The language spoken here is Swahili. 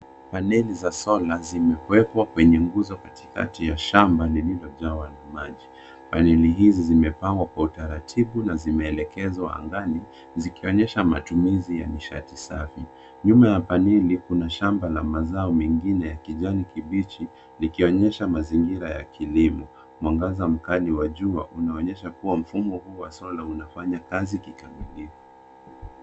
Paneli za solar zimewekwa kwenye nguzo katikati ya shamba lililojaa walimaji. Paneli hizi zimepangwa kwa utaratibu na zimeelekezwa angani, zikionyesha matumizi ya nishati safi. Nyuma ya paneli, kuna shamba la mazao mengine ya kijani kibichi, likionyesha mazingira ya kilimo. Mwangaza mkali wa jua unaonyesha kuwa mfumo huu wa solar unafanya kazi kikamilifu.